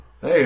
hey